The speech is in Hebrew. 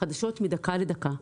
חדשות מדקה לדקה.